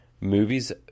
movies